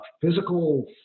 physical